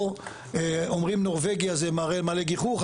פה אומרים נורבגיה, זה מעלה חיוך,